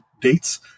dates